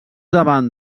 davant